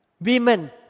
women